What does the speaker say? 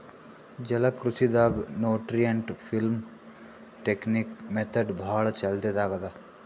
ಜಲಕೃಷಿ ದಾಗ್ nutrient film technique method ಭಾಳ್ ಚಾಲ್ತಿದಾಗ್ ಅದಾ